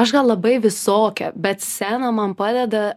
aš gal labai visokia bet scena man padeda